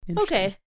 Okay